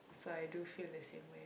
so I do feel the same way